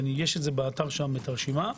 יש באתר הרשימה.